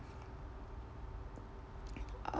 uh